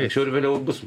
anksčiau ar vėliau bus